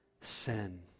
sin